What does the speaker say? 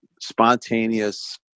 spontaneous